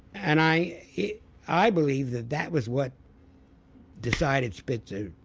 and i i believe that that was what decided spitzer,